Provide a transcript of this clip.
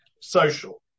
social